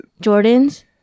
Jordan's